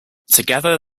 together